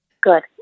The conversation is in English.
Good